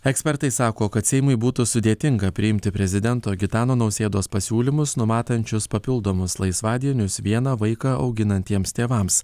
ekspertai sako kad seimui būtų sudėtinga priimti prezidento gitano nausėdos pasiūlymus numatančius papildomus laisvadienius vieną vaiką auginantiems tėvams